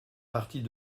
partit